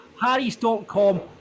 harrys.com